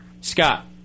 Scott